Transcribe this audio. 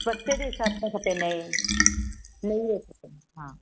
वक़्ति जे हिसाब सां खपे हिन जी नई नई खपे हा